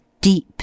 deep